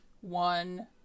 one